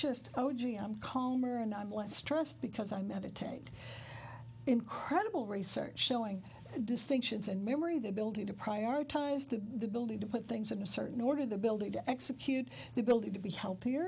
just oh gee i'm calmer and i'm less stressed because i meditate incredible research showing distinctions and memory the ability to prioritize the building to put things in a certain order the building to execute the building to be healthier